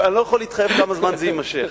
אתה לא יכול להתחייב כמה זמן זה יימשך.